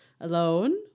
alone